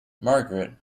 margaret